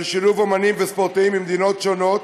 לשילוב אמנים וספורטאים ממדינות נוספות.